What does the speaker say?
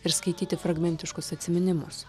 ir skaityti fragmentiškus atsiminimus